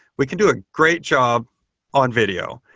we can do a great job on video.